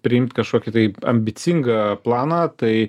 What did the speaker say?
priimt kažkokį taip ambicingą planą tai